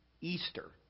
Easter